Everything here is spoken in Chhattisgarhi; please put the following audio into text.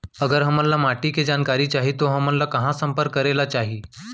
अगर हमन ला माटी के जानकारी चाही तो हमन ला कहाँ संपर्क करे ला चाही?